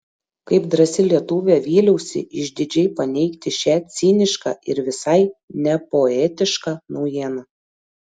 kaip drąsi lietuvė vyliausi išdidžiai paneigti šią cinišką ir visai nepoetišką naujieną